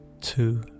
two